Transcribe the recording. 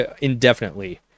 indefinitely